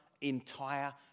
entire